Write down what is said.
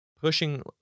pushing